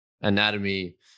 anatomy